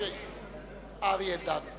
חבר הכנסת אריה אלדד.